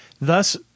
thus